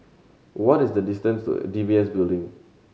what is the distance D B S Building